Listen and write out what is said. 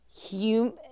human